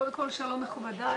קודם כל שלום מכובדיי,